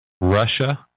Russia